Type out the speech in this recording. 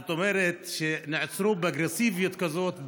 זאת אומרת שנעצרו באגרסיביות כזאת,